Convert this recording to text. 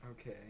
Okay